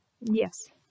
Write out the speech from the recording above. yes